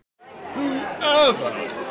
Whoever